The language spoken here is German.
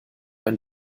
ein